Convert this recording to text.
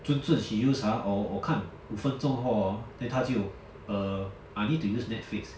准准 she use ah or 我看五分钟后 hor then 她就 err I need to use Netflix